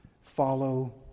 Follow